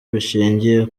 bishingiye